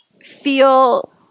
feel